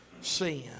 sin